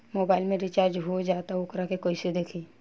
Mobile में recharge हो जाला त वोकरा के कइसे देखी?